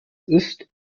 ist